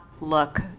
look